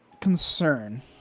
concern